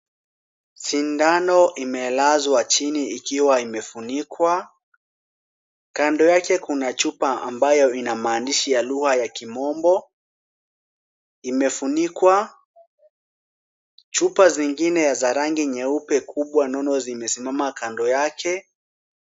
Sindano imelazwa chini ikiwa imefunikwa. Kando yake kuna chupa ambayo ina maandisha ya lugha ya kimombo, imefunikwa. Chupa zingine za rangi nyeupe kubwa nono zimesimama kando yake.